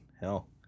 hell